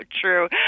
true